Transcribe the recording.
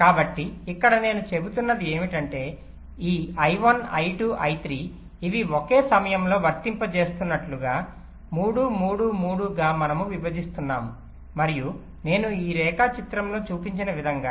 కాబట్టి ఇక్కడ నేను చెబుతున్నది ఏమిటంటే ఈ I1 I2 I3 ఇవి ఒకే సమయంలో వర్తింపజేసినట్లుగా 3 3 3 గా మనము విభజిస్తున్నాము మరియు నేను ఈ రేఖాచిత్రంలో చూపించిన విధంగా